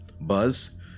Buzz